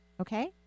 Okay